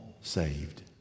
saved